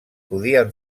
podien